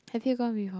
have you gone before